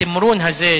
התמרון הזה,